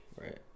Right